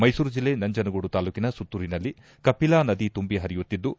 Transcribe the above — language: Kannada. ಮೈಸೂರು ಜಿಲ್ಲೆ ನಂಜನಗೂಡು ತಾಲ್ಲೂಕಿನ ಸುತ್ತೂರಿನಲ್ಲಿ ಕಪಿಲಾ ನದಿ ತುಂಬಿ ಪರಿಯುತ್ತಿದ್ದು